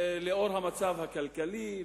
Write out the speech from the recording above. בגלל המצב הכלכלי,